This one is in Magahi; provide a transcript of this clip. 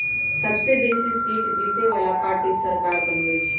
सबसे बेशी सीट जीतय बला पार्टी सरकार बनबइ छइ